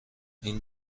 این